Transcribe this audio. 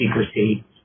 secrecy